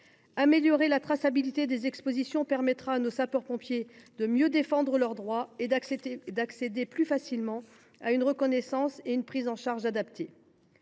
Améliorer la traçabilité des expositions permettra à nos sapeurs pompiers de mieux défendre leurs droits et d’accéder plus facilement à une reconnaissance et à une prise en charge adaptée.